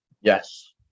yes